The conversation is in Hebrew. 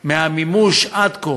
מהמימוש עד כה.